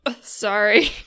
Sorry